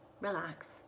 relax